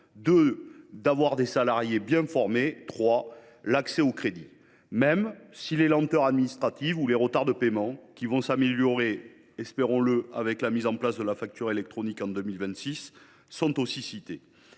formation des salariés et l’accès au crédit, même si les lenteurs administratives ou les retards de paiement, qui vont s’améliorer – espérons le – avec la mise en place de la facture électronique en 2026, sont aussi cités.